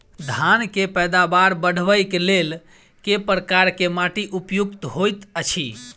धान केँ पैदावार बढ़बई केँ लेल केँ प्रकार केँ माटि उपयुक्त होइत अछि?